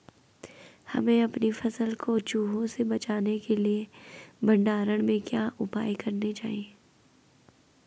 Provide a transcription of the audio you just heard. हमें अपनी फसल को चूहों से बचाने के लिए भंडारण में क्या उपाय करने चाहिए?